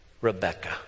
Rebecca